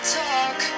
talk